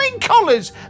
colours